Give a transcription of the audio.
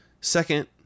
Second